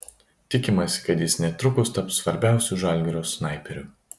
tikimasi kad jis netrukus taps svarbiausiu žalgirio snaiperiu